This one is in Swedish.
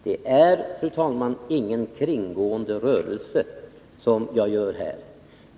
Det är, fru talman, ingen kringgående rörelse som jag gör här.